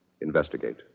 Investigate